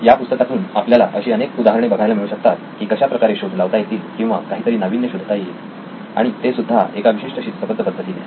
या पुस्तकातून आपल्याला अशी अनेक उदाहरणे बघायला मिळू शकतात की कशा प्रकारे शोध लावता येतील किंवा काहीतरी नाविन्य शोधता येईल आणि ते सुद्धा एका विशिष्ट शिस्तबद्ध पद्धतीने